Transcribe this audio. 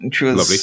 Lovely